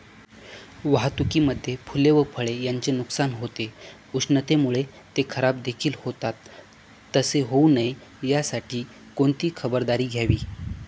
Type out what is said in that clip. वाहतुकीमध्ये फूले व फळे यांचे नुकसान होते, उष्णतेमुळे ते खराबदेखील होतात तसे होऊ नये यासाठी कोणती खबरदारी घ्यावी?